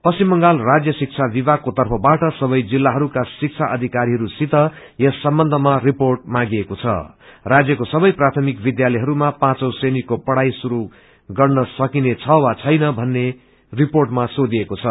षचिम बंगाल राज्य शिक्षा विभागको तर्फबाट सबै जिल्लाहरूका शिक्षा अधिकारीहरू सित यस सम्बन्धमा रिपोँअ मांगिएको छ राज्यको सबै प्रायमिक विध्यालयहरूमा पाँचौ श्रेणीको पढ़ाई शुरू गर्न सकिनेछ वा छैन भनेर रिपोटमा सोथिएको छ